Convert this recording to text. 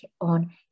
on